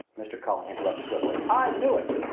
mr. cullen interrupted swiftly. i knew it!